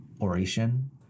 oration